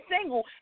single